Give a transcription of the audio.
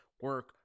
Work